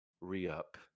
re-up